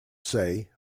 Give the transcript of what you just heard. say